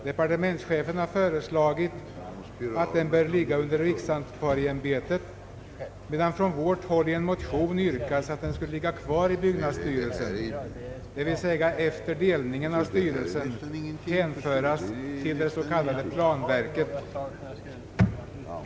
Departementschefen har föreslagit att den skall ligga under riksantikvarieämbetet, medan från vårt håll i en motion har yrkats att den skall ligga kvar i byggnadsstyrelsen, d. v. s. efter delningen av styrelsen hänföras till det s.k. planverket.